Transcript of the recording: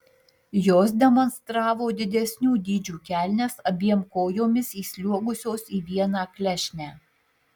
jos demonstravo didesnių dydžių kelnes abiem kojomis įsliuogusios į vieną klešnę